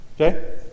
Okay